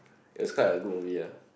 it was quite a good movie ah